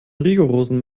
rigorosen